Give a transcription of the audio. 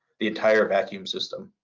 the entire vacuum system.